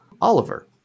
Oliver